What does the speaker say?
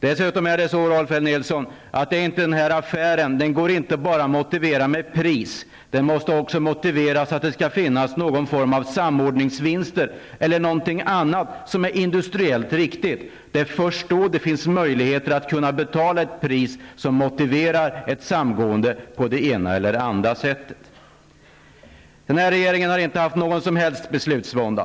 Dessutom är det så, Rolf L Nilson, att den här affären inte bara går att motivera med pris. Den måste också kunna motiveras av att det skall finnas någon form av samgåendevinster eller något annat som är industriellt riktigt. Det är först då det kan finnas möjligheter att betala ett pris som motiverar ett samgående på det ena eller det andra sättet. Den här regeringen har inte haft någon som helst beslutsvånda.